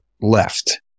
left